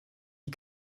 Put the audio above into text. die